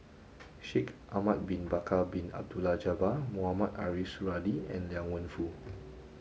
Shaikh Ahmad bin Bakar Bin Abdullah Jabbar Mohamed Ariff Suradi and Liang Wenfu